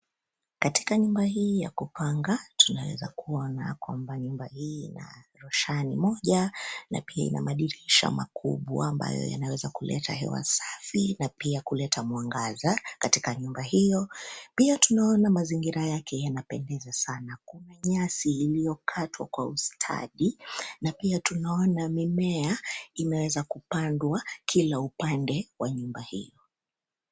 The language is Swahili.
Katika nyumba hii ya kupanga tunaweza kuona kwamba nyumba hii ina roshani moja, na pia ina madirisha makubwa ambayo yanaweza kuleta hewa safi, na pia kuleta mwangaza katika nyumba hio. Pia tunaona mazingira yake yanapendeza sana, kuna nyasi iliyokatwa kwa ustadi. Na pia tunaona mimea imeweza kupandwa kila upande wa nyumba hio.